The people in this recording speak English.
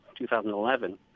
2011